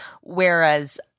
whereas